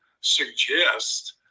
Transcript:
suggest